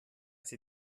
sie